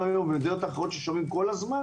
היום ומעדויות אחרות ששומעים כל הזמן